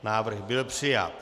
Návrh byl přijat.